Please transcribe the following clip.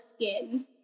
skin